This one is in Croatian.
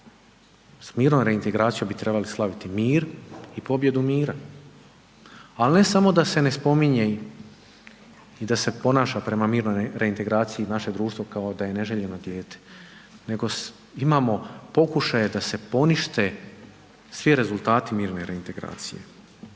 S mirnom reintegracijom bi trebali slaviti mir i pobjedu mira. Ali, ne samo da se ne spominje i da se ponaša prema mirnoj reintegraciji naše društvo kao da je neželjeno dijete nego imamo pokušaje da se ponište svi rezultati mirne reintegracije.